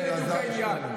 זה בדיוק העניין.